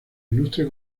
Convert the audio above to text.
ilustre